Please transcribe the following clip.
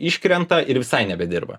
iškrenta ir visai nebedirba